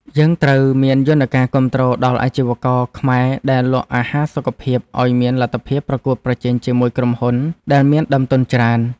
យើងត្រូវមានយន្តការគាំទ្រដល់អាជីវករខ្មែរដែលលក់អាហារសុខភាពឲ្យមានលទ្ធភាពប្រកួតប្រជែងជាមួយក្រុមហ៊ុនដែលមានដើមទុនច្រើន។